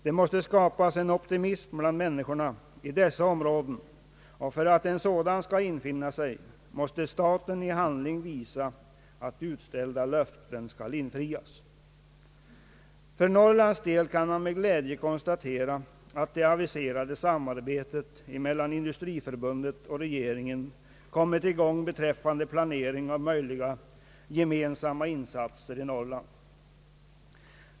Det måste skapas en optimism bland människorna i dessa områden, och för att en sådan skall infinna sig, måste staten i handling visa, att utställda löften skall infrias. För Norrlands del kan man med glädje konstatera att det aviserade samarbetet emellan Industriförbundet och regeringen kommit i gång beträffande planering av möjliga gemensamma insatser i Norrland.